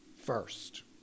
first